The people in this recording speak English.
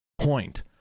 point